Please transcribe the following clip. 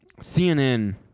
CNN